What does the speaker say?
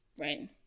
right